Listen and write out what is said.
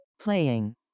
Playing